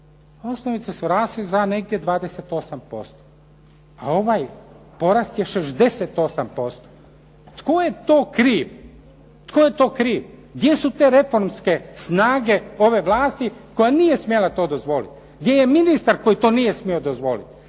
Osnovice su rasle za negdje 28%, a ovaj porast je 68%. Tko je to kriv? Gdje su te reformske snage ove vlasti koja nije smjela to dozvoliti? Gdje je ministar koji to nije smio dozvoliti?